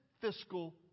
fiscal